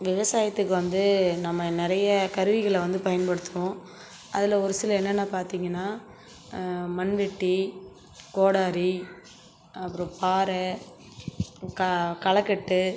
விவசாயத்துக்கு வந்து நம்ம நிறைய கருவிகளை வந்து பயன்படுத்துவோம் அதில் ஒருசில என்னென்ன பார்த்தீங்கன்னா மண்வெட்டி கோடாரி அப்புறம் பார கா களக்கட்டு